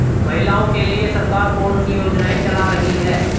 महिलाओं के लिए सरकार कौन सी योजनाएं चला रही है?